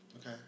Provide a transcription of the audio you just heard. Okay